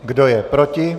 Kdo je proti?